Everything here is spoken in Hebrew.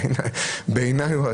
בעיניי.